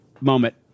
moment